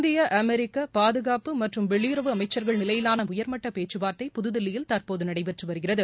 இந்திய அமெரிக்க பாதுகாப்பு மற்றும் வெளியுறவு அமைச்சர்கள் நிலையிலான உயர்மட்ட பேச்சு வார்த்தை புதுதில்லியில் தற்போது நடைபெற்று வருகிறது